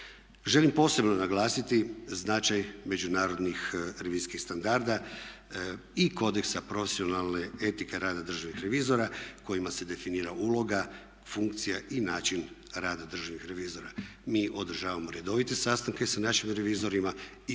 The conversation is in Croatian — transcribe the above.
Želim posebno naglasiti značaj međunarodnih revizijskih standarda i kodeksa profesionalne etike rada državnih revizora kojima se definira uloga, funkcija i način rada državnih revizora. Mi održavamo redovite sastanke sa našim revizorima i